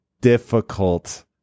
difficult